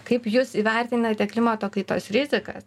kaip jūs įvertinate klimato kaitos rizikas